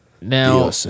Now